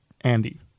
Andy